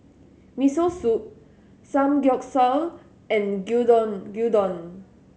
Miso Soup Samgeyopsal and Gyudon Gyudon